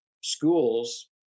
schools